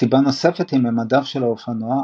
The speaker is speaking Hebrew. סיבה נוספת היא ממדיו של האופנוע,